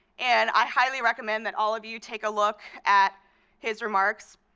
and i highly recommend that all of you take a look at his remarks.